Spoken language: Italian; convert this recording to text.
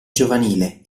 giovanile